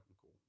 cool